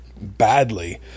badly